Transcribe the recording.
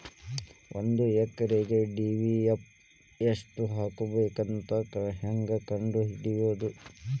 ಒಂದು ಎಕರೆಗೆ ಡಿ.ಎ.ಪಿ ಎಷ್ಟು ಹಾಕಬೇಕಂತ ಹೆಂಗೆ ಕಂಡು ಹಿಡಿಯುವುದು?